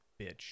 Bitch